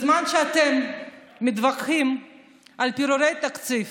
בזמן שאתם מתווכחים על פירורי תקציב